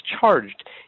charged